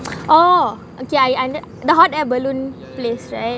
oh okay I know the hot air balloon place right